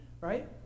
right